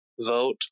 vote